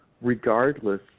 regardless